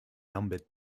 numbered